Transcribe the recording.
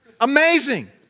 Amazing